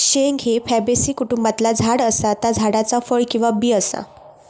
शेंग ही फॅबेसी कुटुंबातला झाड असा ता झाडाचा फळ किंवा बी असा